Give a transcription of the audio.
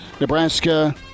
Nebraska